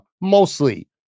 mostly